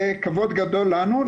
זה יהיה כבוד גדול לנו.